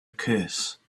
curse